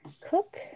Cook